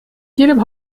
jedem